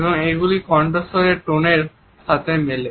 এবং এগুলি কন্ঠস্বরের টোনের সাথে মেলে